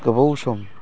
गोबाव सम